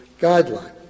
guideline